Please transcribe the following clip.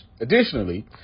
Additionally